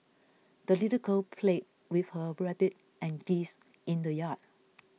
the little girl played with her rabbit and geese in the yard